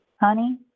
Honey